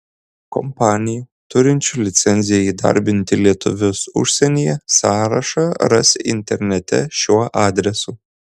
kompanijų turinčių licenciją įdarbinti lietuvius užsienyje sąrašą rasi internete šiuo adresu